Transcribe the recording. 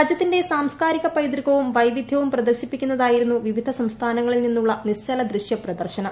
രാജ്യത്തിന്റെ ്സാംസ്കാരിക പൈതൃകവും വൈവിധ്യവും പ്രദർശിപ്പിക്കുന്നതായിരുന്നു വിവിധ സംസ്ഥാനങ്ങളിൽ നിന്നുള്ള നിശ്ചലദൃശ്യപ്രദർശനം